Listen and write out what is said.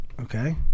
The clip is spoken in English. Okay